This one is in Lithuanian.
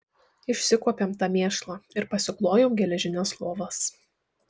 išsikuopėm tą mėšlą ir pasiklojom geležines lovas